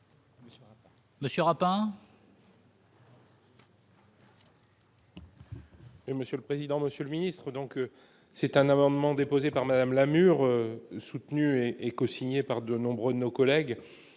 monsieur le président, Monsieur le Ministre, donc c'est un amendement déposé par madame Lamure soutenu et cosignée par de nombreux de nos collègues,